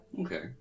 Okay